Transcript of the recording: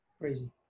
crazy